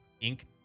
ink